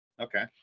Okay